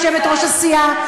יושבת-ראש הסיעה,